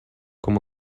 com